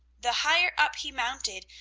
the higher up he mounted,